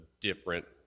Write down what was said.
different